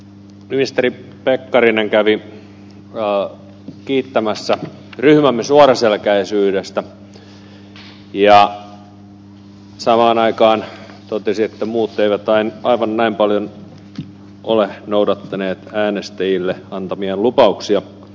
ministeri pekkarinen kävi kiittämässä ryhmämme suoraselkäisyydestä ja samaan aikaan totesi että muut eivät aivan näin paljon ole noudattaneet äänestäjille antamiaan lupauksia